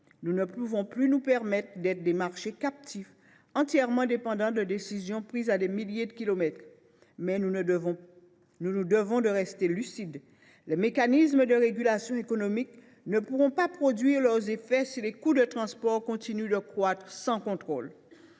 Nous ne pouvons plus nous permettre d’être des marchés captifs, entièrement dépendants de décisions prises à des milliers de kilomètres. Nous nous devons de rester lucides : les mécanismes de régulation économique ne pourront pas produire leurs effets si les coûts de transport continuent de croître sans contrôle.